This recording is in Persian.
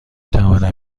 توانم